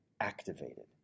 activated